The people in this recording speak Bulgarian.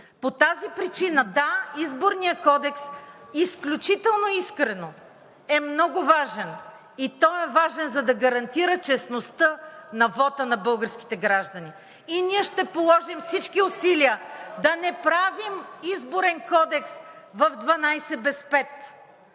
По тази причина – да, Изборният кодекс, изключително искрено, е много важен. Той е важен, за да гарантира честността на вота на българските граждани и ние ще положим всички усилия да не правим Изборен кодекс в 12 без 5,